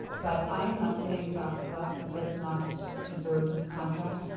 but i am not saying dr. glasper does not deserve this contract,